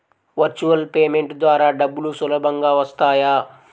Virtual payment ద్వారా డబ్బులు సులభంగా వస్తాయా?